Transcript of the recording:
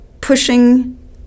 pushing